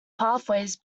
pathways